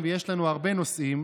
הרי כולכם יודעים שאני